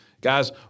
Guys